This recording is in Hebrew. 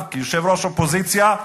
כיושב-ראש האופוזיציה,